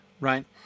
right